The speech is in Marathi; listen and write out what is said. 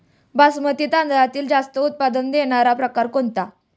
बासमती तांदळातील जास्त उत्पन्न देणारा प्रकार कोणता?